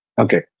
Okay